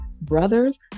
brothers